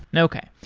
and okay.